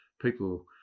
people